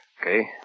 Okay